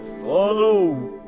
Follow